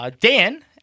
Dan